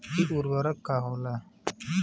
इ उर्वरक का होला?